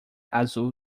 azul